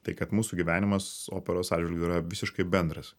tai kad mūsų gyvenimas operos atžvilgiu yra visiškai bendras